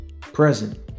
present